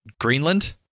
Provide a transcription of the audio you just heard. Greenland